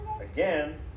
Again